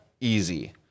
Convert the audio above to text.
easy